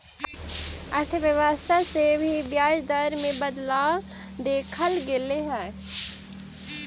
अर्थव्यवस्था से भी ब्याज दर में बदलाव देखल गेले हइ